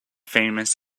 famous